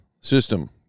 system